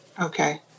Okay